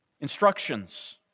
instructions